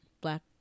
black